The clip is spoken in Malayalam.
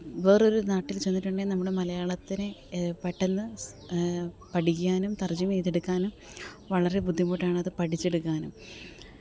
വേറൊരു നാട്ടില് ചെന്നിട്ടുണ്ടെങ്കിൽ നമ്മുടെ മലയാളത്തിനെ പെട്ടെന്ന് പഠിക്കാനും തര്ജ്ജിമ ചെയ്തെടുക്കാനും വളരെ ബുദ്ധിമുട്ടാണത് പഠിച്ചെടുക്കാനും